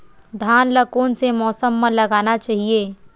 धान ल कोन से मौसम म लगाना चहिए?